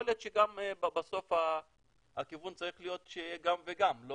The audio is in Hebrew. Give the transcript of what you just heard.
יכול להיות שבסוף הכיוון צריך להיות שיהיה גם וגם,